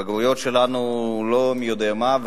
הבגרויות שלנו לא מי יודע מה,